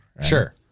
Sure